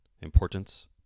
importance